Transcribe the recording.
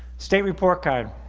state report card